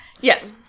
Yes